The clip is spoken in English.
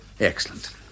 Excellent